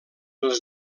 els